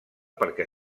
perquè